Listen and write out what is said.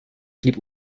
blieb